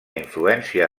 influència